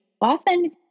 often